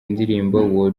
indirimbo